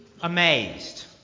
amazed